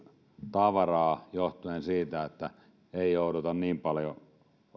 tavaraa johtuen siitä että ei jouduta niin paljon